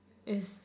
is